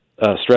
stress